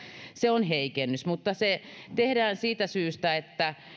se on heikennys mutta se tehdään siitä syystä että